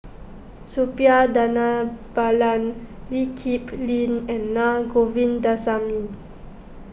Suppiah Dhanabalan Lee Kip Lin and Na Govindasamy